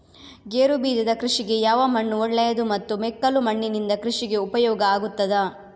ಗೇರುಬೀಜದ ಕೃಷಿಗೆ ಯಾವ ಮಣ್ಣು ಒಳ್ಳೆಯದು ಮತ್ತು ಮೆಕ್ಕಲು ಮಣ್ಣಿನಿಂದ ಕೃಷಿಗೆ ಉಪಯೋಗ ಆಗುತ್ತದಾ?